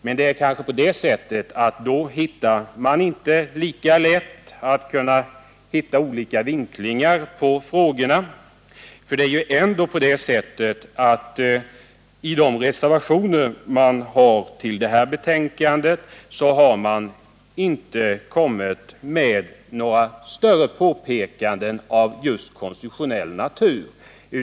Men det är kanske så att man då inte lika lätt kan komma fram till olika vinklingar av frågorna. I de reservationer som fogats vid betänkandet har man inte gjort några större påpekanden av konstitutionell natur.